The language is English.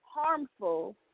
Harmful